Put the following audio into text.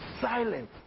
silent